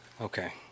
Okay